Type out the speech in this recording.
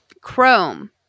chrome